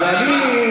ככה.